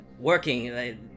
working